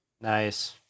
Nice